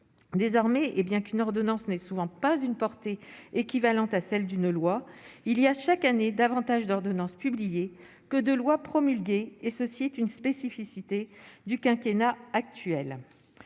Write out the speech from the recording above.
désormais, hé bien qu'une ordonnance n'est souvent pas une portée équivalente à celle d'une loi, il y a chaque année davantage d'ordonnances publiées que de loi promulguée et ceci est une spécificité du quinquennat actuel